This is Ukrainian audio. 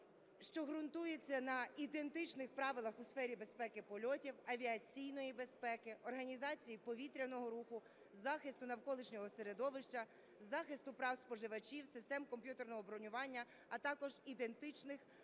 що ґрунтується на ідентичних правилах у сфері безпеки польотів, авіаційної безпеки, організації повітряного руху, захисту навколишнього середовища, захисту прав споживачів, систем комп'ютерного бронювання, а також на ідентичних правилах